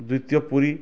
ଦ୍ୱିତୀୟ ପୁରୀ